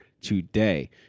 today